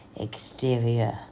exterior